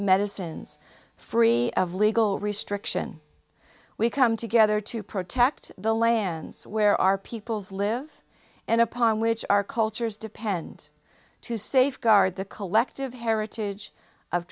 medicines free of legal restriction we come together to protect the lands where our peoples live and upon which our cultures depend to safeguard the collective heritage of